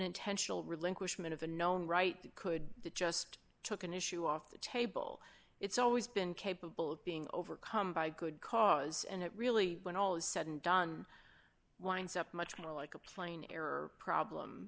intentional relinquishment of a known right could just took an issue off the table it's always been capable of being overcome by good cause and it really when all is said and done winds up much more like a plane error problem